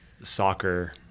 soccer